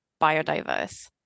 biodiverse